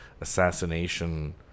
assassination